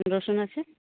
রসুন আছে